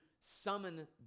summon